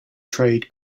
trade